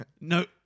No